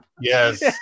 Yes